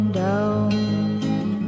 down